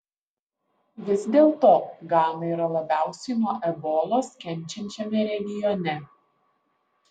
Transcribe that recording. vis dėlto gana yra labiausiai nuo ebolos kenčiančiame regione